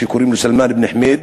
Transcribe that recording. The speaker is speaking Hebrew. קוראים לו סלמאן מחאמיד.